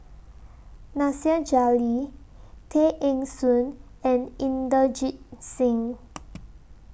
Nasir Jalil Tay Eng Soon and Inderjit Singh